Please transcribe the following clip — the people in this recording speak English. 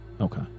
Okay